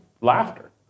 laughter